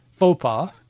FOPA